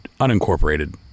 unincorporated